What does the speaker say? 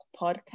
podcast